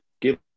give